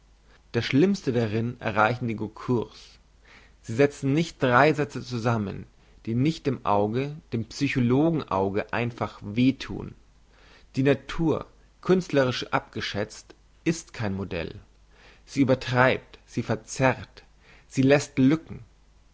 das schlimmste darin erreichen die goncourt sie setzen nicht drei sätze zusammen die nicht dem auge dem psychologen auge einfach weh thun die natur künstlerisch abgeschätzt ist kein modell sie übertreibt sie verzerrt sie lässt lücken